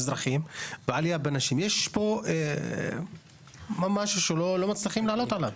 יש פה משהו שלא מצליחים לעלות עליו.